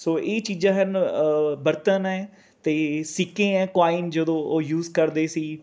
ਸੋ ਇਹ ਚੀਜ਼ਾਂ ਹਨ ਬਰਤਨ ਹੈ ਅਤੇ ਸਿੱਕੇ ਹੈ ਕੋਆਈਨ ਜਦੋ ਉਹ ਯੂਜ਼ ਕਰਦੇ ਸੀ